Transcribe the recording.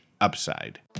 upside